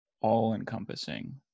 all-encompassing